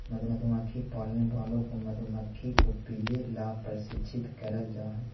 मधुमक्खी पालने वालों को मधुमक्खी को पीले ला प्रशिक्षित करल जा हई